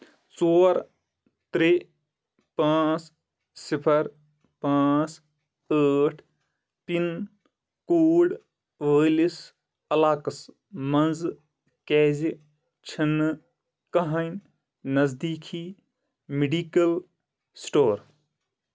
ژور ترٛےٚ پانژھ صِفر پانژھ ٲٹھ پِن کوڈ وٲلِس علاقس منٛز کیازِ چھِنہٕ کہٕنۍ نزدیٖکی میڈکل سٹور